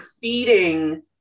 feeding